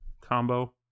combo